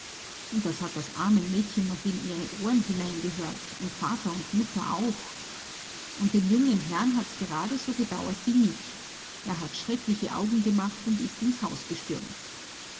und das hat das arme mädchen noch in ihre ohren hineingehört und vater und mutter auch und den jungen herrn hat's gerade so gedauert wie mich er hat schreckliche augen gemacht und ist ins haus gestürmt